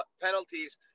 penalties